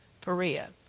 Perea